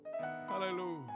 Hallelujah